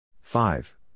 Five